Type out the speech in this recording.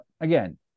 again